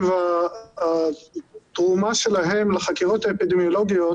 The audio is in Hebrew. והתרומה שלהם לחקירות האפידמיולוגיות